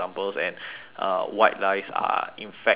uh white lies are in fact wrong